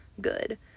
good